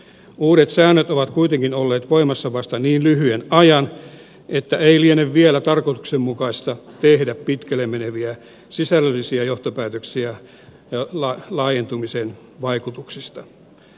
uudet säännöt ovat kuitenkin olleet voimassa vasta niin lyhyen ajan että ei liene vielä tarkoituksenmukaista tehdä pitkälle meneviä sisällöllisiä johtopäätöksiä laajentumisen vaikutuksista